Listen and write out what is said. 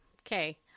okay